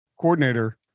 coordinator